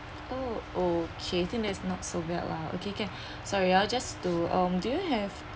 oh okay I think is not so bad lah okay can so sorry ah just to mm do you have